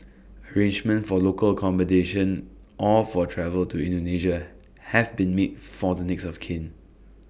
arrangements for local accommodation or for travel to Indonesia have been made for the next of kin